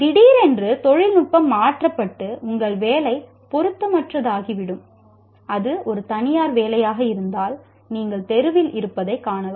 திடீரென்று தொழில்நுட்பம் மாற்றப்பட்டு உங்கள் வேலை பொருத்தமற்றதாகிவிடும் அது ஒரு தனியார் வேலையாக இருந்தால் நீங்கள் தெருவில் இருப்பதைக் காணலாம்